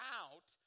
out